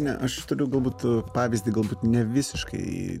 ne aš turiu galbūt pavyzdį galbūt ne visiškai